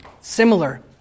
Similar